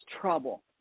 trouble